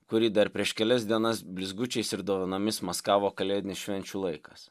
kurį dar prieš kelias dienas blizgučiais ir dovanomis maskavo kalėdinis švenčių laikas